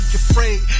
afraid